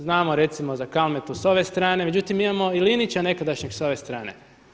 Znamo recimo za Kalmetu sa ove strane, međutim imamo i Linića nekadašnjeg s ove strane.